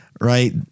right